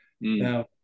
Now